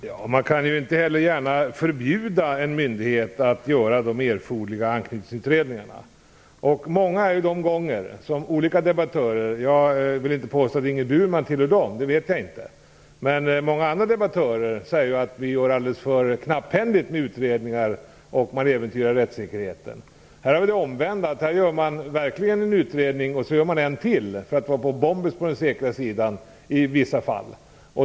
Herr talman! Man kan inte heller gärna förbjuda en myndighet att göra de erforderliga anknytningsutredningarna. Många är de gånger som olika debattörer - jag vill inte påstå att Ingrid Burman tillhör dem, det vet jag inte, men många andra debattörer - har sagt att vi gör alldeles för knapphändiga utredningar och att man äventyrar rättssäkerheten. Här har vi det omvända. Man gör verkligen en utredning och sedan gör man i vissa fall en till för att vara på den säkra sidan.